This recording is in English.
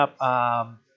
up –